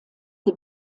the